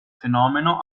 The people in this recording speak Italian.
fenomeno